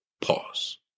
pause